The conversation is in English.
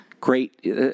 Great